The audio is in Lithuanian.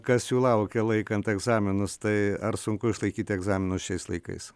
kas jų laukia laikant egzaminus tai ar sunku išlaikyti egzaminus šiais laikais